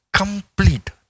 complete